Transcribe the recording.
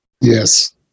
Yes